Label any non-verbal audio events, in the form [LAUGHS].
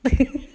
[LAUGHS]